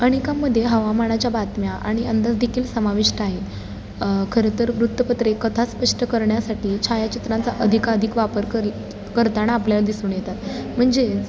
अनेकामध्ये हवामानाच्या बातम्या आणि अंदाजदेखील समाविष्ट आहेत खरंतर वृत्तपत्रे कथा स्पष्ट करण्यासाठी छायाचित्रांचा अधिकाधिक वापर कर करताना आपल्याला दिसून येतात म्हणजेच